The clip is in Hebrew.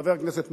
חבר הכנסת מוזס,